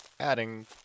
adding